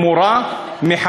היא מורה מחנכת.